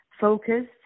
focused